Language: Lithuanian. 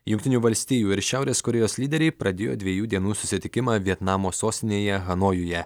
jungtinių valstijų ir šiaurės korėjos lyderiai pradėjo dviejų dienų susitikimą vietnamo sostinėje hanojuje